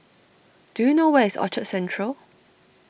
do you know where is Orchard Central